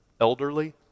elderly